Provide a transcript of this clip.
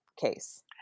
case